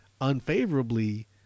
unfavorably